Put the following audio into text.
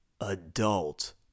adult